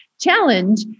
challenge